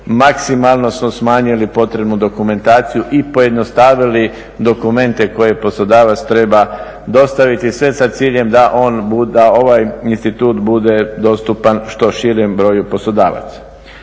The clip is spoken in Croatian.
Maksimalno smo smanjili potrebnu dokumentaciju i pojednostavili dokumente koje poslodavac treba dostaviti sve sa ciljem da ovaj institut bude dostupan što širem broju poslodavaca.